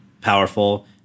powerful